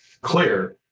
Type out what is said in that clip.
clear